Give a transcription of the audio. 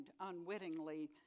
unwittingly